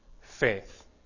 faith